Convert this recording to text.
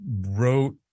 wrote